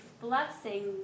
blessings